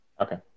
Okay